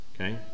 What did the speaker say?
Okay